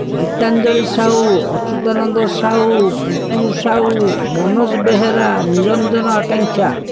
Gitanjali Sahu Achyutananda Sahu Tutu Sahu Manoj Behera Niranjan Akanksha